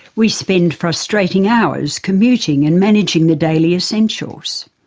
we spend frustrating hours commuting and managing the daily essentials.